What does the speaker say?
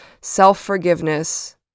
Self-forgiveness